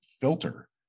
filter